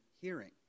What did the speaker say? hearing